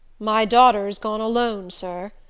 my daughter's gone alone, sir.